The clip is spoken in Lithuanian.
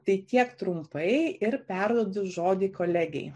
tai tiek trumpai ir perduodu žodį kolegei